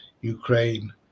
Ukraine